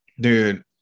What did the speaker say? Dude